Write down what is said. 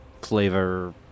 Flavor